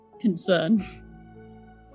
concern